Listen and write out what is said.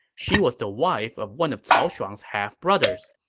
she was the wife of one of cao shuang's half brothers.